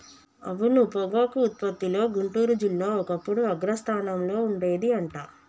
అవును పొగాకు ఉత్పత్తిలో గుంటూరు జిల్లా ఒకప్పుడు అగ్రస్థానంలో ఉండేది అంట